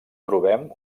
trobem